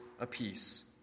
apiece